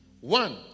One